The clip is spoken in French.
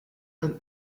comme